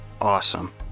Awesome